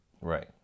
Right